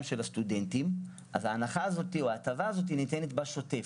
של הסטודנטים אז ההנחה הזאת ניתנת באופן שוטף.